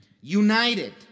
united